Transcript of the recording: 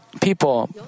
people